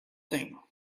thing